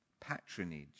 patronage